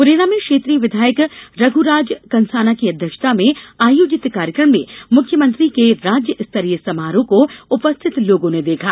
मुरैना में क्षेत्रीय विधायक रघुराज कंसाना की अध्यक्षता में आयोजित कार्यकम में मुख्यमंत्री के राज्य स्तरीय समारोह को उपस्थित लोगों ने देखा